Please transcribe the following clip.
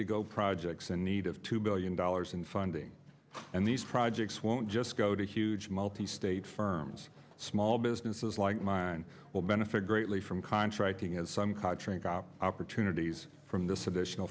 to go projects in need of two billion dollars in funding and these projects won't just the huge multi state firms small businesses like mine will benefit greatly from contracting as some cards opportunities from this additional